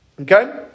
okay